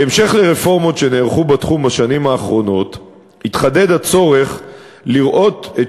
בהמשך לרפורמות שנערכו בתחום בשנים האחרונות התחדד הצורך לראות את